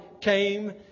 came